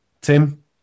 Tim